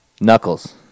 Knuckles